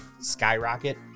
skyrocket